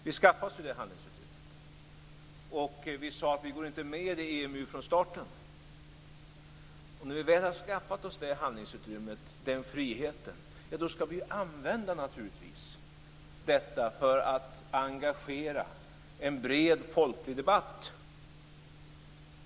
Vi skaffade oss det handlingsutrymmet, och vi sade att vi inte går med i EMU från staten. När vi väl har skaffat oss det utrymmet, skall vi naturligtvis använda det för att engagera en bred folklig debatt.